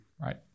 right